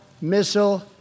missile